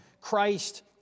Christ